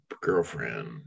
girlfriend